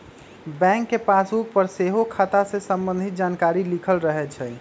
bank के passbook पर सेहो खता से संबंधित जानकारी लिखल रहै छइ